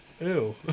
Ew